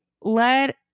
let